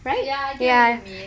ya I get what you mean